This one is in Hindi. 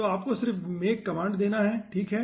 तो आपको सिर्फ make कमांड देना है ठीक है